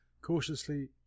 cautiously